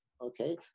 Okay